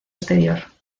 exterior